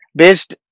based